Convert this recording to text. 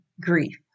Grief